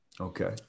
Okay